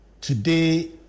today